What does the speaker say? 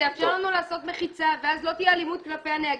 זה יאפשר לנו לשים מחיצה ואז לא תהיה אלימות כלפי הנהגים.